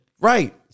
Right